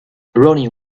ronnie